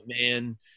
man